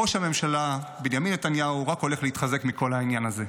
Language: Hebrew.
ראש הממשלה בנימין נתניהו רק הולך להתחזק מכל העניין הזה.